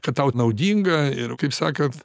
kad tau naudinga ir kaip sakot